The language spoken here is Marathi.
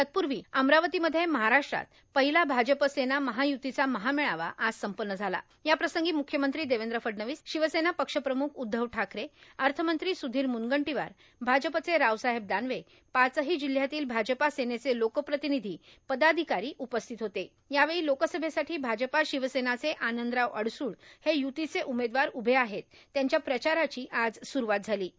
तत्पूर्वा अमरावतीमध्ये महाराष्ट्रात र्पाहला भाजपा सेना महायुतीचा महामेळावा आज संपन्न झालं याप्रसंगी मुख्यमंत्री देवेन्द्र फडणवीस शिवसेना पक्षप्रमुख उद्धव ठाकरे अथमंत्री सुधीर म्रनगंटीवारभाजपचे रावसाहेब दानवे पाचही जिल्ह्यातील भाजपा सेनेचे लोकर्प्रार्तानधीपर्दाधिकारां उपस्तीत होते यावेळी लोकसभेसाठां भाजपा शिवसेना चे आनंदराव अडसूड हे य्रतीचे उमेदवार उभे आहेत त्यांच्या प्रचाराची आज सूरवात केलां